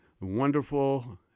wonderful